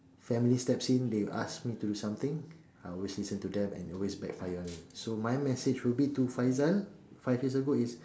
family steps in they ask me to do something I always listen to them and it always backfire on me so my message would be to Faizal five years ago is